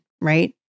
right